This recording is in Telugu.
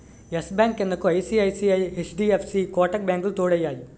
ఎస్ బ్యాంక్ క్రిందకు ఐ.సి.ఐ.సి.ఐ, హెచ్.డి.ఎఫ్.సి కోటాక్ బ్యాంకులు తోడయ్యాయి